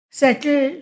settle